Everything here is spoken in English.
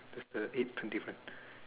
the the eighth different